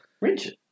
Richard